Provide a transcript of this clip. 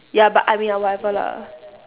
ya but I mean uh whatever lah